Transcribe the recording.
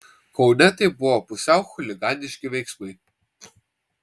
kaune tai buvo pusiau chuliganiški veiksmai